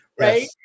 Right